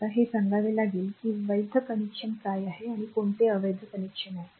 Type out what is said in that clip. आता हे सांगावे लागेल की वैध कनेक्शन काय आहे आणि कोणते अवैध कनेक्शन आहे